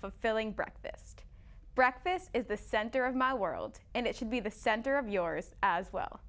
fulfilling breakfast breakfast is the center of my world and it should be the center of yours as well